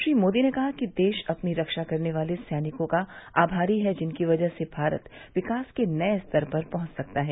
श्री मोदी ने कहा कि देश अपनी रक्षा करने वाले सैनिकों का आभारी हैं जिनकी वजह से भारत विकास के नये स्तर पर पहुंच सकता है